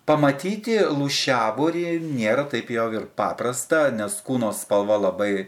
pamatyti lūšiavorį nėra taip jau ir paprasta nes kūno spalva labai